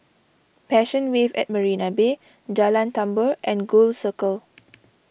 Passion Wave at Marina Bay Jalan Tambur and Gul Circle